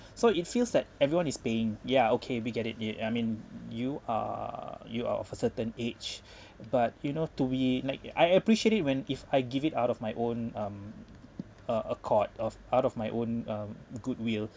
so it feels that everyone is paying ya okay we get it yeah I mean you are you are of a certain age but you know to be like I appreciate it when if I give it out of my own um uh accord of out of my own um goodwill